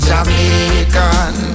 Jamaican